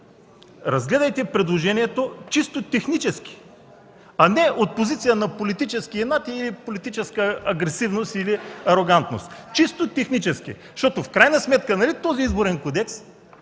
Разгледайте предложението чисто технически, а не от позиция на политически инат или политическа агресивност, или арогантност. Чисто технически, защото в крайна сметка нали този Изборен кодекс